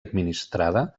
administrada